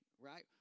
right